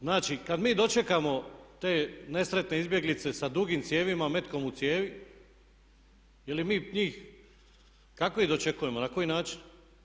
Znači, kad mi dočekamo te nesretne izbjeglice sa dugim cijevima, metkom u cijevi, jel mi njih kako dočekujemo, na koji način?